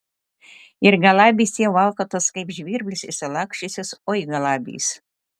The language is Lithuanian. ir galabys tie valkatos kaip žvirblius išsilaksčiusius oi galabys